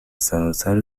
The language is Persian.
سرتاسر